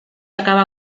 acaba